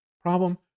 problem